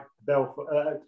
Belfast